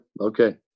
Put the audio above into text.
Okay